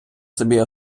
собі